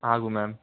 ஆகும் மேம்